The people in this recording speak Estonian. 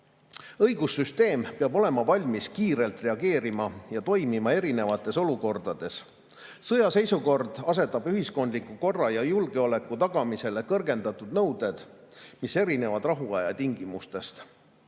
Õigussüsteem peab olema valmis kiirelt reageerima ja toimima erinevates olukordades. Sõjaseisukord asetab ühiskondliku korra ja julgeoleku tagamisele kõrgendatud nõuded, mis erinevad rahuaja tingimustest.